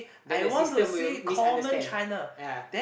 then the system will misunderstand yeah